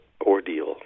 ordeal